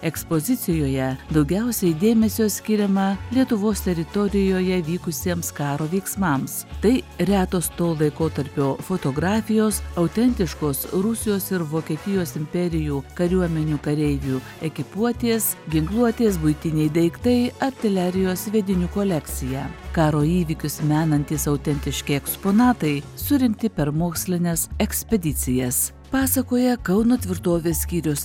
ekspozicijoje daugiausiai dėmesio skiriama lietuvos teritorijoje vykusiems karo veiksmams tai retos to laikotarpio fotografijos autentiškos rusijos ir vokietijos imperijų kariuomenių kareivių ekipuotės ginkluotės buitiniai daiktai artilerijos sviedinių kolekcija karo įvykius menantys autentiški eksponatai surinkti per mokslines ekspedicijas pasakoja kauno tvirtovės skyriaus